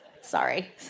Sorry